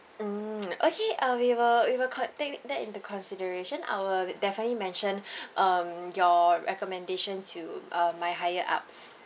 mm okay uh we will we will con~ take that take that into consideration I will definitely mention um your recommendation to uh my higher ups